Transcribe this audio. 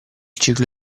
ciclo